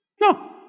No